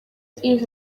yves